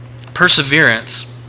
Perseverance